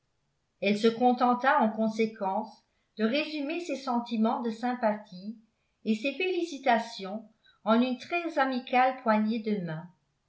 elle se contenta en conséquence de résumer ses sentiments de sympathie et ses félicitations en une très amicale poignée de mains